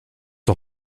ist